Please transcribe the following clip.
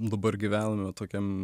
dabar gyvename tokiam